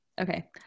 Okay